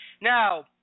Now